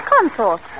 Consort